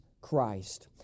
Christ